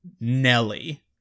Nelly